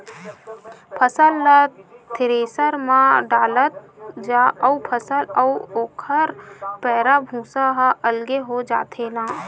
फसल ल थेरेसर म डालत जा अउ फसल अउ ओखर पैरा, भूसा ह अलगे हो जाथे न